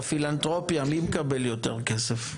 בפילנתרופיה מי מקבל יותר כסף?